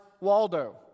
Waldo